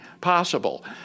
possible